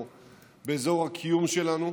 באזור הקיום שלנו,